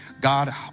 God